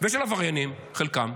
ושל עבריינים, חלקם.